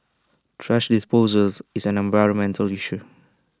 thrash disposals is an environmental issue